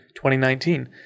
2019